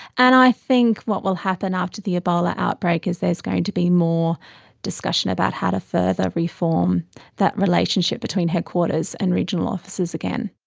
and i think what will happen after the ebola outbreak is there's going to be more discussion about how to further reform that relationship between headquarters and regional offices again.